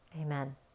Amen